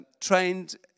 trained